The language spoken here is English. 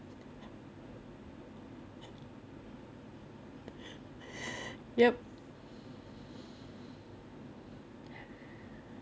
yup